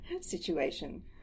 situation